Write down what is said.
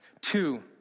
Two